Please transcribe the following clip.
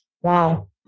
Wow